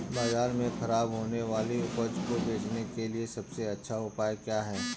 बाजार में खराब होने वाली उपज को बेचने के लिए सबसे अच्छा उपाय क्या हैं?